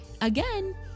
again